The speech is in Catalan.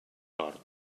tort